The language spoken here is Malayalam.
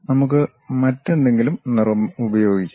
നമുക്ക് മറ്റെന്തെങ്കിലും നിറം ഉപയോഗിക്കാം